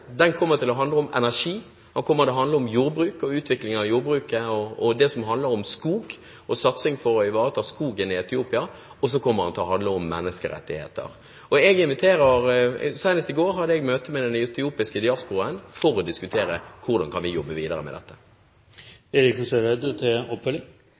Den kommer til å handle om energi, om jordbruk og utvikling av jordbruket, det som handler om skog og satsing for å ivareta skogen i Etiopia, og så kommer den til å handle om menneskerettigheter. Senest i går hadde jeg møte med den etiopiske diasporaen for å diskutere hvordan vi kan jobbe videre med dette.